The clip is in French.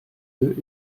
deux